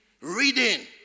reading